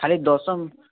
ଖାଲି ଦଶମ